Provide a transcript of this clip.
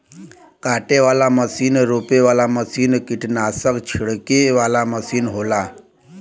काटे वाला मसीन रोपे वाला मसीन कीट्नासक छिड़के वाला मसीन होला